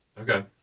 Okay